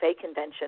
convention